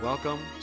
Welcome